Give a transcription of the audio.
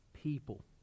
people